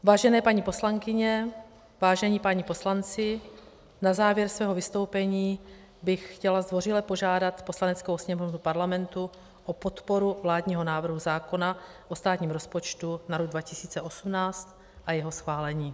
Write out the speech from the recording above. Vážené paní poslankyně, vážení páni poslanci, na závěr svého vystoupení bych chtěla zdvořile požádat Poslaneckou sněmovnu Parlamentu o podporu vládního návrhu zákona o státním rozpočtu na rok 2018 a jeho schválení.